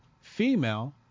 female